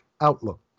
outlook